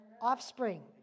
offspring